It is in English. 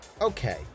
Okay